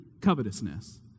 covetousness